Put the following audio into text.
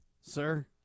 sir